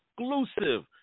exclusive